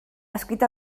adscrit